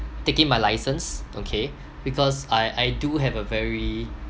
taking my license okay because I I do have a very